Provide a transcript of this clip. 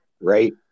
Right